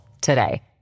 today